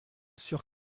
sur